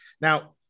Now